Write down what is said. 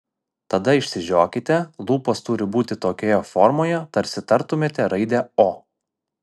tada išsižiokite lūpos turi būti tokioje formoje tarsi tartumėte raidę o